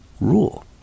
rule